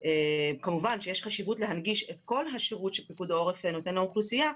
כמובן שיש חשיבות להנגיש את כל השירות שפיקוד העורף נותן לאוכלוסייה,